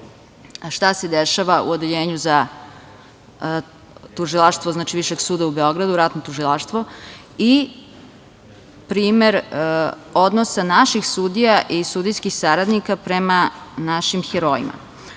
šta se dešava u Odeljenju za tužilaštvo Višeg suda u Beogradu, ratno tužilaštvo, i primer odnosa naših sudija i sudijskih saradnika prema našim herojima.